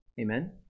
Amen